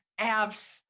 apps